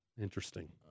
Interesting